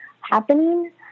happening